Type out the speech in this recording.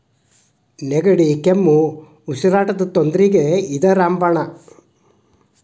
ನೆಗಡಿ, ಕೆಮ್ಮು, ಉಸಿರಾಟದ ತೊಂದ್ರಿಗೆ ಇದ ರಾಮ ಬಾಣ